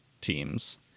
teams